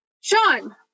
Sean